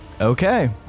Okay